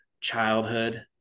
childhood